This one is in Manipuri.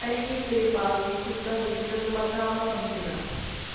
ꯑꯩꯒꯤ ꯄꯦ ꯄꯥꯜꯒꯤ ꯈꯨꯠꯇ ꯍꯧꯖꯤꯛꯇ ꯂꯨꯄꯥ ꯆꯥꯝꯃ ꯐꯪꯈꯤꯕ꯭ꯔꯥ